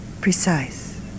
precise